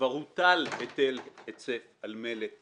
כבר הוטל היטל היצף על מלט,